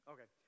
Okay